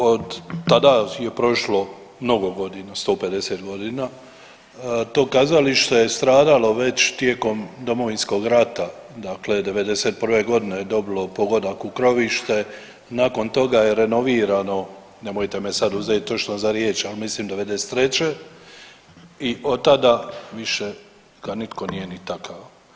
Od tada je prošlo mnogo godina, 150 godina, to kazalište je stradalo već tijekom Domovinskog rata, dakle '91. godine je dobilo pogodak u krovište, nakon toga je renovirano, nemojte me sad uzet točno za riječ ali mislim '93. i od tada više ga nitko nije ni taka.